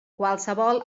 qualsevol